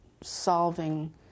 solving